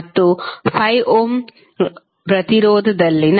ಮತ್ತು 5 ಓಮ್ ಪ್ರತಿರೋಧದಲ್ಲಿನ ಕರೆಂಟ್ 0